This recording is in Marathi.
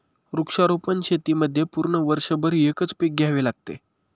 वृक्षारोपण शेतीमध्ये पूर्ण वर्षभर एकच पीक घ्यावे लागते